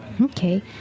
Okay